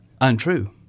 untrue